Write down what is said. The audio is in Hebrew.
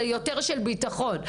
יותר של ביטחון.